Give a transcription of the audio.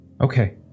okay